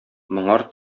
моңар